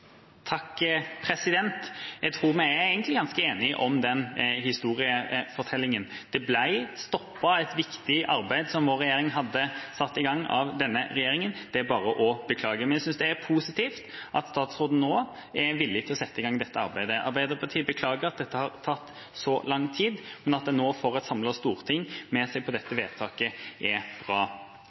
Jeg tror vi er egentlig ganske enige om den historiefortellingen. Det ble stoppet et viktig arbeid – som vår regjering hadde satt i gang – av denne regjeringa. Det er bare å beklage. Men jeg synes det er positivt at statsråden nå er villig til å sette i gang dette arbeidet. Arbeiderpartiet beklager at dette har tatt så lang tid. At en nå får et samlet storting med seg på dette vedtaket, er bra.